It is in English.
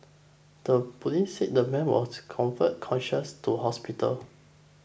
the police said the man was conveyed conscious to hospital